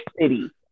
city